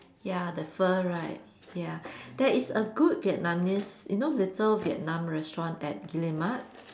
ya the pho right ya there is a good Vietnamese you know little Vietnam restaurant at Guillemard